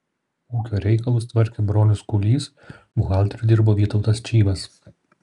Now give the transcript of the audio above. ūkio reikalus tvarkė bronius kūlys buhalteriu dirbo vytautas čyvas